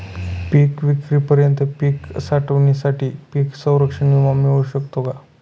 पिकविक्रीपर्यंत पीक साठवणीसाठी पीक संरक्षण विमा मिळू शकतो का?